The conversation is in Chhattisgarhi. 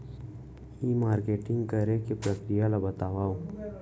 ई मार्केटिंग करे के प्रक्रिया ला बतावव?